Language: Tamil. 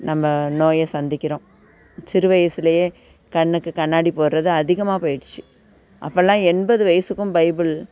நம்ம நோயை சந்திக்கிறோம் சிறு வயசுலேயே கண்ணுக்கு கண்ணாடி போடுறது அதிகமாக போயிடுச்சு அப்பெலாம் எண்பது வயதுக்கும் பைபிள்